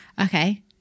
okay